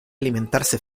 alimentarse